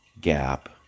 gap